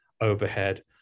overhead